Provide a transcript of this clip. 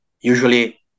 usually